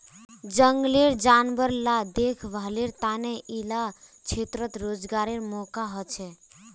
जनगलेर जानवर ला देख्भालेर तने इला क्षेत्रोत रोज्गारेर मौक़ा होछे